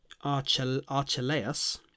Archelaus